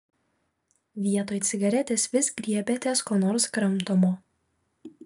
vietoj cigaretės vis griebiatės ko nors kramtomo